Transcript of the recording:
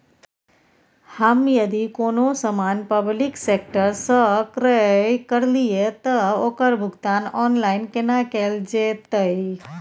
हम यदि कोनो सामान पब्लिक सेक्टर सं क्रय करलिए त ओकर भुगतान ऑनलाइन केना कैल जेतै?